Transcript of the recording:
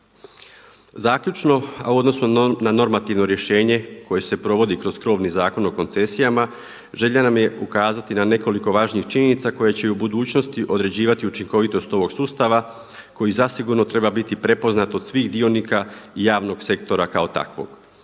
Zaključno a u odnosu na normativno rješenje koje se provodi kroz krovni Zakon o koncesijama želja nam je ukazati na nekoliko važnih činjenica koje će i u budućnosti određivati učinkovitost ovog sustava koji zasigurno treba biti prepoznat od svih dionika javnog sektora kao takvog.